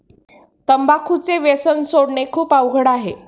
तंबाखूचे व्यसन सोडणे खूप अवघड आहे